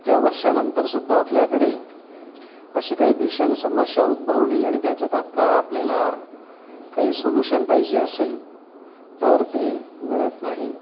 इतक्या वर्षानंतरसुद्धा आपल्याकडे अशी काही भीषण समस्या उद्भवली आणि त्याचं तात्काळ आपल्याला काही सोल्यूशन पाहिजे असेल तर ते मिळत नाही